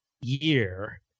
year